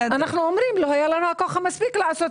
אנחנו אומרים לא היה לנו הכוח המספיק לעשות